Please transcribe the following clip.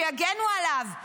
שיגנו עליו.